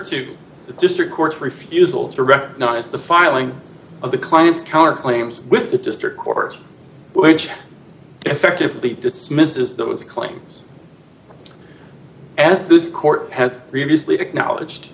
two the district courts refusal to recognize the filing of the client's counterclaims with the district court which effectively dismisses those claims as this court has previously acknowledged